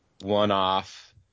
one-off